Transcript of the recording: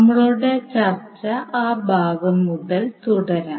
നമ്മളുടെ ചർച്ച ആ ഭാഗം മുതൽ തുടരാം